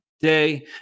today